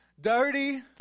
dirty